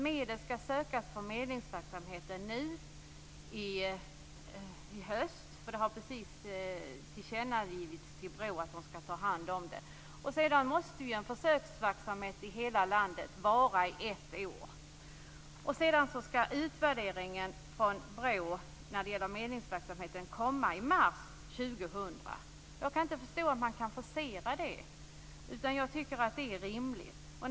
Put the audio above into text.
Medel skall sökas för medlingsverksamheten i höst, eftersom det precis har tillkännagivits till BRÅ att man skall ta hand om det. En försöksverksamhet måste sättas i gång i hela landet som skall pågå i ett år. BRÅ:s utvärdering av medlingsverksamheten skall vara klar i mars 2000. Jag kan inte förstå hur man kan forcera det arbetet. Jag tycker att det är rimligt med den tiden.